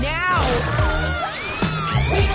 now